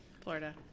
Florida